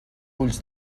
ulls